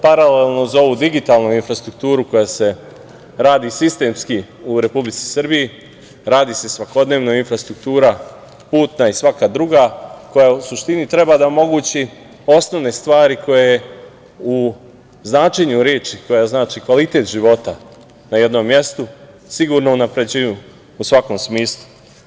Paralelno uz ovu digitalnu infrastrukturu koja se radi sistemski u Republici Srbiji, radi se svakodnevno infrastruktura, putna i svaka druga koja u suštini treba da omogući osnovne stvari koje u značenju reči koja znači kvalitet života na jednom mestu, sigurno unapređuju u svakom smislu.